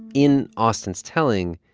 in austen's telling,